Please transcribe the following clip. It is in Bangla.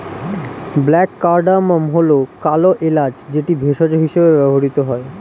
ব্ল্যাক কার্ডামম্ হল কালো এলাচ যেটি ভেষজ হিসেবে ব্যবহৃত হয়